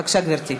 בבקשה, גברתי.